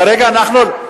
כרגע אנחנו,